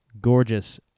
gorgeous